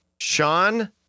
Sean